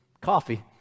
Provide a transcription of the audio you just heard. coffee